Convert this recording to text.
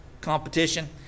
competition